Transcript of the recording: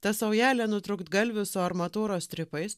ta saujelė nutrūktgalvių su armatūros strypais